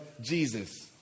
Jesus